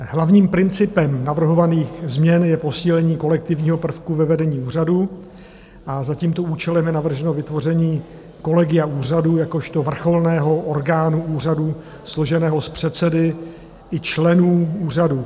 Hlavním principem navrhovaných změn je posílení kolektivního prvku ve vedení úřadu a za tímto účelem je navrženo vytvoření kolegia úřadu jakožto vrcholného orgánu úřadu složeného z předsedy i členů úřadu.